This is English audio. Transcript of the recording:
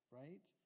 right